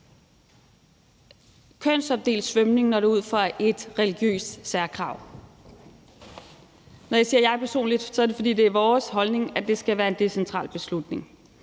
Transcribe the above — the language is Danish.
kønsopdelt svømning, når det er ud fra et religiøst særkrav. Når jeg siger »jeg personligt«, er det, fordi det er vores holdning, at det skal være en decentral beslutning,